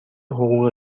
حقوق